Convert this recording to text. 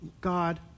God